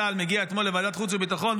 דובר צה"ל מגיע אתמול לוועדת החוץ והביטחון,